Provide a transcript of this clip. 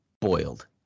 boiled